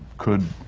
could?